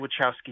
Wachowski